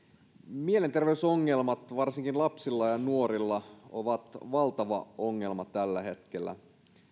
mielenterveysongelmat varsinkin lapsilla ja nuorilla ovat valtava ongelma tällä hetkellä